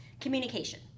Communication